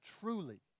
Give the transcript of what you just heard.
truly